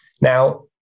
Now